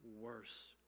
worse